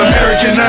American